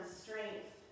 strength